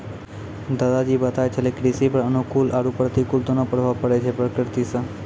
दादा जी बताय छेलै कृषि पर अनुकूल आरो प्रतिकूल दोनों प्रभाव पड़ै छै प्रकृति सॅ